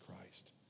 Christ